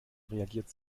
reagiert